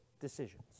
decisions